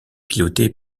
pilotée